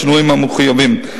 בשינויים המחויבים.